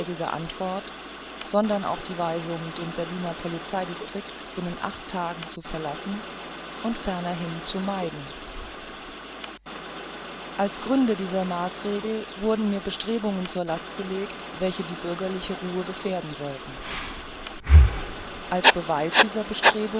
antwort sondern auch die weisung den berliner polizei distrikt binnen acht tagen zu verlassen und fernerhin zu meiden als gründe dieser maßregel wurden mir bestrebungen zur last gelegt welche die bürgerliche ruhe gefährden sollten als beweise dieser